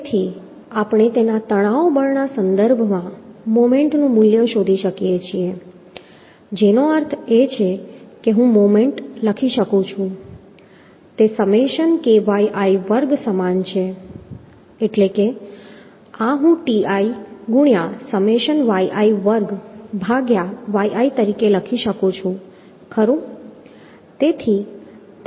તેથી આપણે તેના તણાવ બળના સંદર્ભમાં મોમેન્ટનું મૂલ્ય શોધી શકીએ છીએ જેનો અર્થ છે કે હું મોમેન્ટ લખી શકું છું તે સમેશન kyi વર્ગ સમાન છે એટલે કે આ હું Ti ગુણ્યાં સમેશન yi વર્ગ ભાગ્યા yi તરીકે લખી શકું છું ખરું